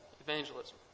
evangelism